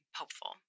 hopeful